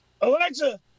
Alexa